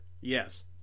Yes